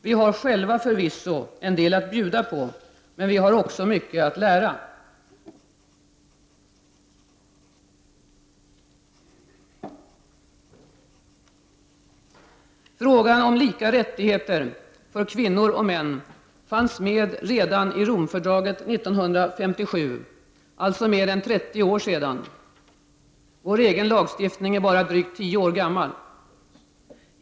Vi har själva förvisso en del att bjuda på, men vi har också mycket att lära. Frågan om lika rättigheter för kvinnor och män fanns med redan i Romfördraget 1957, alltså för mer än 30 år sedan. Vår egen lagstiftning är bara drygt tio år gammal.